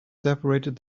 separated